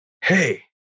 hey